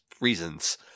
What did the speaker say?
reasons